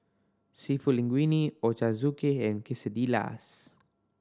Seafood Linguine Ochazuke and Quesadillas